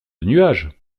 nuages